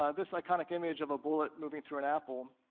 ah this iconic image of a bullet moving through an apple,